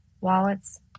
wallets